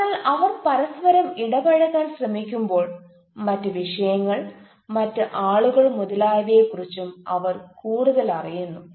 അതിനാൽ അവർ പരസ്പരം ഇടപഴകാൻ ശ്രമിക്കുമ്പോൾ മറ്റ് വിഷയങ്ങൾ മറ്റ് ആളുകൾ മുതലായവയെക്കുറിച്ചും അവർ കൂടുതലറിയുന്നു